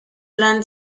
land